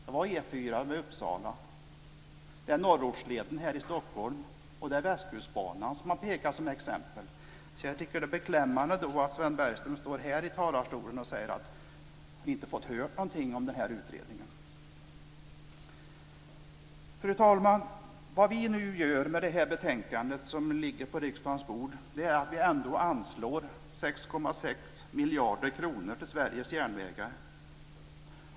Det är E 4 i Uppsala, norrortsleden i Stockholm och Västkustbanan som har nämnts som exempel. Jag tycker att det är beklämmande att Sven Bergström i talarstolen säger att man inte fått höra någonting från den här utredningen. Fru talman! Vad vi nu gör med det här betänkandet, som nu ligger på riksdagens bord, är att vi anslår 6,6 miljarder kronor till Sveriges järnvägar.